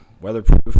Weatherproof